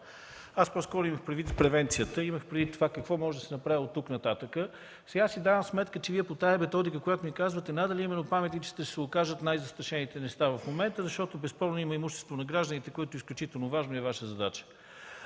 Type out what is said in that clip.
Аз по-скоро имах предвид превенцията, имах предвид какво може да се направи оттук нататък. Сега си давам сметка, че по тази методика, която ми казвате, надали именно паметниците ще се окажат най-застрашените неща в момента, защото безспорно има имущество на гражданите, което е изключително важно и е Ваша задача.